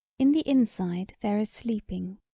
in the inside there is sleeping,